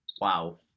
Wow